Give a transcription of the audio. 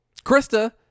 Krista